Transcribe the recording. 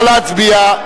נא להצביע.